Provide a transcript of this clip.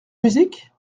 musique